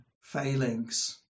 failings